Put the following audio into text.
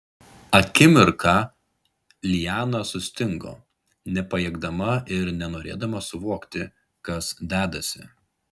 akimirką liana sustingo nepajėgdama ir nenorėdama suvokti kas dedasi